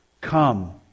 Come